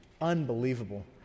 unbelievable